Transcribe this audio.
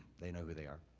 they know who they are,